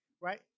right